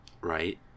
Right